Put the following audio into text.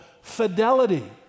fidelity